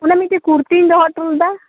ᱚᱱᱮ ᱢᱤᱫᱴᱮᱡ ᱠᱩᱲᱛᱤᱧ ᱫᱚᱦᱚ ᱚᱴᱚ ᱞᱮᱫᱟ